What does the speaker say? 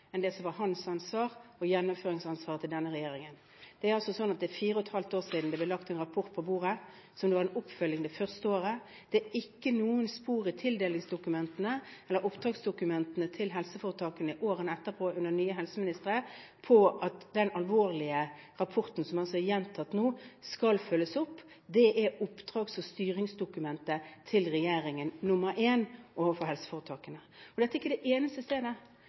enn det som er hans ansvar og gjennomføringsansvaret til denne regjeringen. Det er slik at for fire og et halvt år siden ble det lagt en rapport på bordet som fikk oppfølging det første året. Det er ikke noe spor i tildelingsdokumentene eller oppdragsdokumentene til helseforetakene årene etterpå under nye helseministre om at den alvorlige rapporten, som er gjentatt nå, skal følges opp. Det er regjeringens oppdrags- og styringsdokument nr. 1 overfor helseforetakene. Dette er ikke det eneste